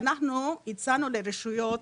אנחנו הצענו לרשויות,